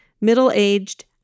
middle-aged